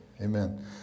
Amen